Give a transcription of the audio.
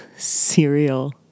Cereal